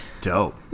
Dope